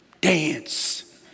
dance